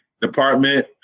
department